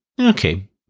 Okay